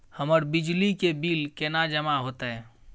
हमर बिजली के बिल केना जमा होते?